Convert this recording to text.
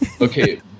Okay